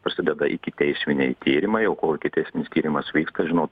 prasideda ikiteisminiai tyrimai o kol ikiteisminis tyrimas vyksta žinot